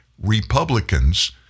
Republicans